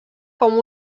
com